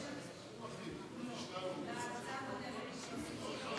אפס נמנעים.